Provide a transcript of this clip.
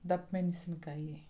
ದಪ್ಪ ಮೆಣ್ಸಿನಕಾಯಿ